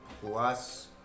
plus